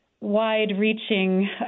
wide-reaching